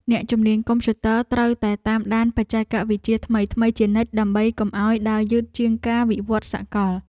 អ្នកជំនាញកុំព្យូទ័រត្រូវតែតាមដានបច្ចេកវិទ្យាថ្មីៗជានិច្ច ដើម្បីកុំឱ្យដើរយឺតជាងការវិវត្តសកល។